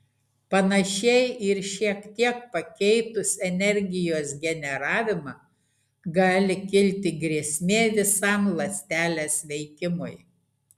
panašiai ir šiek tiek pakeitus energijos generavimą gali kilti grėsmė visam ląstelės veikimui